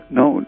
no